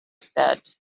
said